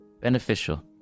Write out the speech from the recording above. beneficial